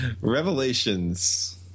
Revelations